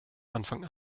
anfang